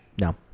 No